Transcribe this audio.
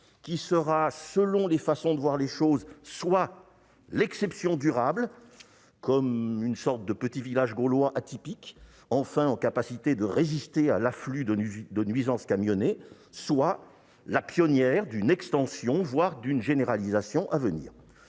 qui sera, selon la façon de voir les choses, soit l'exception durable, comme un petit village gaulois atypique qui aurait enfin la capacité de résister à l'afflux de nuisances camionnées, soit la pionnière d'une extension, voire d'une généralisation, à venir.